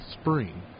spring